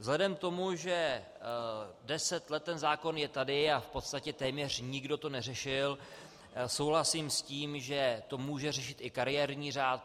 Vzhledem k tomu, že deset let je ten zákon tady a v podstatě téměř nikdo to neřešil, souhlasím s tím, že to může řešit i kariérní řád.